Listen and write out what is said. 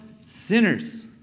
sinners